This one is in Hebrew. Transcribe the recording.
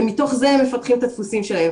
ומתוך זה הם מפתחים את הדפוסים שלהם.